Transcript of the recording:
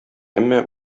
әмма